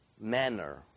manner